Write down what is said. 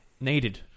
needed